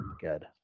good